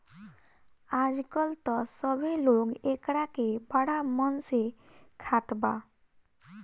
आजकल त सभे लोग एकरा के बड़ा मन से खात बा